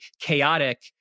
chaotic